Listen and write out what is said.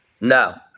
No